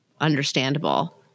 understandable